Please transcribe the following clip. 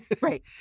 Right